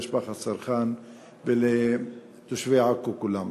למשפחת סרחאן ולתושבי עכו כולם.